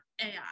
AI